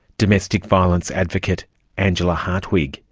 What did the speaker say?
domestic violence advocate angela hartwig.